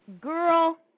Girl